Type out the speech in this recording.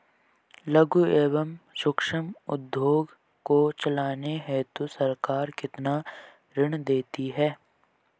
लघु एवं सूक्ष्म उद्योग को चलाने हेतु सरकार कितना ऋण देती है?